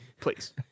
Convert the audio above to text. please